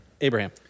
Abraham